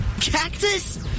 Cactus